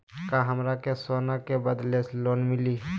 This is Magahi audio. का हमरा के सोना के बदले लोन मिलि?